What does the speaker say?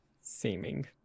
Seeming